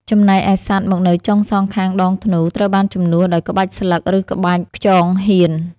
ចំណែកឯសត្វមករនៅចុងសងខាងដងធ្នូ ត្រូវបានជំនួសដោយក្បាច់ស្លឹក ឬក្បាច់ខ្យងហៀន។